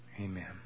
Amen